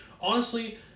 honestly-